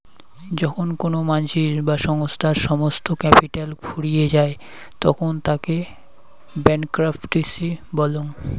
যখন কোনো মানসির বা সংস্থার সমস্ত ক্যাপিটাল ফুরিয়ে যায় তখন তাকে ব্যাংকরূপটিসি বলং